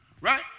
right